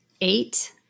eight